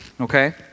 okay